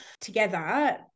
together